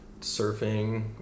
surfing